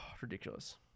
ridiculous